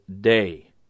day